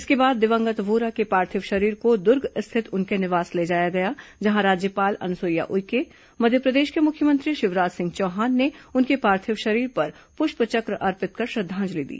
इसके बाद दिवंगत वोरा के पार्थिव शरीर को दुर्ग स्थित उनके निवास ले जाया गया जहां राज्यपाल अनुसुईया उइके मध्यप्रदेश के मुख्यमंत्री शिवराज सिंह चौहान ने उनके पार्थिव शरीर पर पुष्पचक्र अर्पित कर श्रद्धांजलि दी